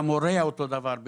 גם הוריה אותו דבר,